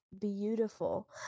beautiful